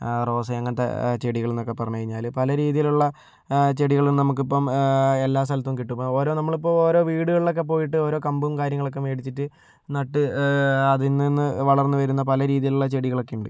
റോസയും അങ്ങനത്തെ ചെടികളെന്നൊക്കെ പറഞ്ഞ് കഴിഞ്ഞാല് പല രീതിയിലുള്ള ചെടികളും നമ്മൾക്കിപ്പോൾ എല്ലാ സ്ഥലത്തും കിട്ടും ഓരോ നമ്മളിപ്പോൾ ഓരോ വീടുകളിലൊക്കെ പോയിട്ട് ഓരോ കമ്പും കാര്യങ്ങളൊക്കെ മേടിച്ചിട്ട് നട്ട് അതിൽ നിന്ന് വളർന്ന് വരുന്ന പല രീതിയിലുള്ള ചെടികളൊക്കെയുണ്ട്